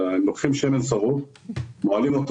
אלא הם לוקחים שמן שרוף ומוהלים אותו